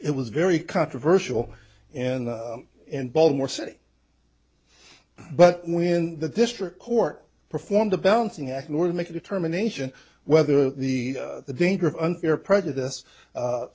it was very controversial and in baltimore city but when the district court performed a balancing act in order to make a determination whether the danger of unfair prejudice